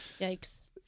Yikes